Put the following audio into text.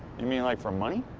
you mean like for money?